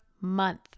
month